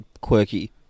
quirky